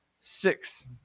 six